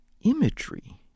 imagery